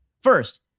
First